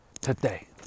today